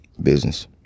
Business